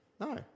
No